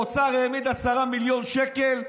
האוצר העמיד 10 מיליון שקל,